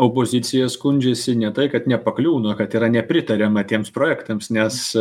opozicija skundžiasi ne tai kad nepakliūna kad yra nepritariama tiems projektams nes